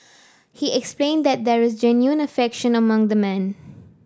he explain that there is genuine affection among the men